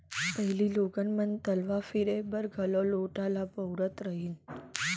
पहिली लोगन मन तलाव फिरे बर घलौ लोटा ल बउरत रहिन